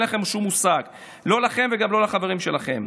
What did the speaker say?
אין לכם שום מושג, לא לכם וגם לא לחברים שלכם.